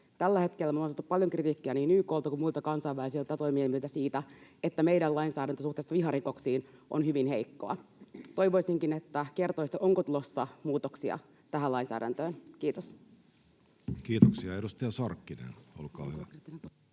Tällä hetkellä me ollaan saatu paljon kritiikkiä niin YK:lta kuin muilta kansainvälisiltä toimielimiltä siitä, että meidän lainsäädäntö suhteessa viharikoksiin on hyvin heikkoa. Toivoisinkin, että kertoisitte: onko tulossa muutoksia tähän lainsäädäntöön? — Kiitos. Kiitoksia. — Edustaja Sarkkinen, olkaa hyvä.